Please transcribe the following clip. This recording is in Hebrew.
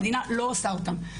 המדינה לא עושה אותם.